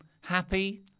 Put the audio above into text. happy